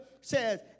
says